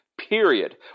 period